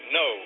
no